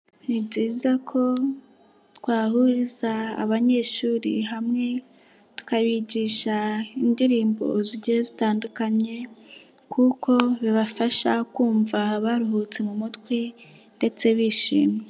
Ni byiza ko twahuriza abanyeshuri hamwe tukabigisha indirimbo zigiye zitandukanye, kuko bibafasha kumva baruhutse mu mutwe ndetse bishimye.